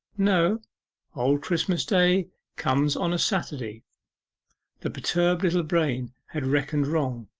no old christmas day comes on a saturday the perturbed little brain had reckoned wrong.